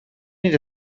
need